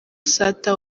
sata